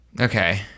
Okay